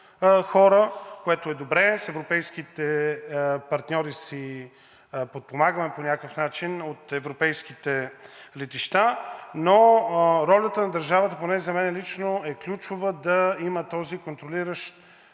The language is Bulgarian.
хора, което е добре, с европейските партньори си помагаме по някакъв начин, от европейските летища, но ролята на държавата, поне за мен лично, е ключова да има този контролиращ